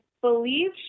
believe